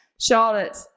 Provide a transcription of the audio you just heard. Charlotte